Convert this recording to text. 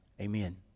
amen